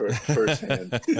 firsthand